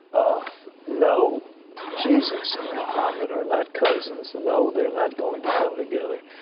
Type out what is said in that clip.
no, jesus and mohammed are not cousins. no, they're not going to come together.